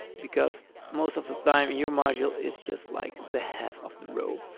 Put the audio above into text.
because most of the time, your module is just like the half of the row.